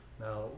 Now